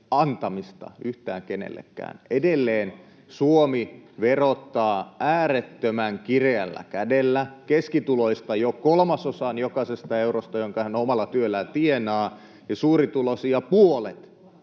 antamista yhtään kenellekään. Edelleen Suomi verottaa äärettömän kireällä kädellä, keskituloisilta jo kolmasosan jokaisesta eurosta, jonka hän omalla työllään tienaa, ja suurituloisilta puolet.